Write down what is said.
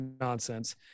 nonsense